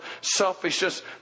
selfishness